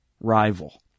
rival